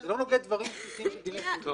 דברים בסיסיים של דיני החוזים.